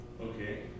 Okay